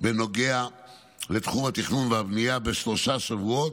בנוגע לתחום התכנון והבנייה בשלושה שבועות,